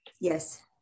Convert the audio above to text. yes